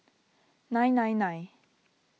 nine nine nine